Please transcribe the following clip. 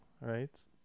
right